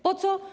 Po co?